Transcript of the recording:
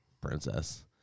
princess